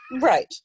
Right